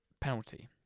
penalty